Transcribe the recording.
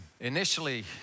Initially